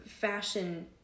fashion